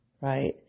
right